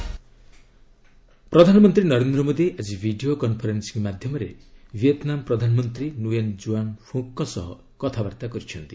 PM Vietnam ପ୍ରଧାନମନ୍ତ୍ରୀ ନରେନ୍ଦ୍ର ମୋଦୀ ଆଜି video conferencing ମାଧ୍ୟମରେ ଭିଏତ୍ନାମ ପ୍ରଧାନମନ୍ତ୍ରୀ ନୁଏନ୍ ଜୁଆନ୍ ପୁକ୍ଙ୍କ ସହ କଥାବାର୍ତ୍ତା କରିଛନ୍ତି